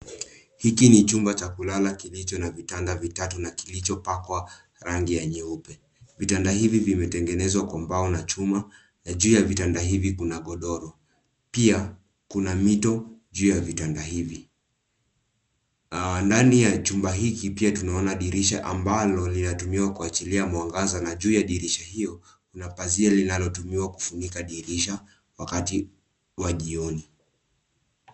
Hili ni Chumba cha kulala kilicho na vitanda vitatu na kilichopakwa rangi ya nyeupe. Vitanda hivi zimetengenezwa Kwa mbao na chuma na juu ya vitanda hivi kuna godoro. Pia, kuna mito juu ya vitanda hivi. Ndani ya chumba hiki pia tunaona dirisha ambalo linatumiwa kuachilia mwangaza na juu ya dirisha Hilo kuna pazia linalotumiwa kufunga dirisha wakati wa jioni.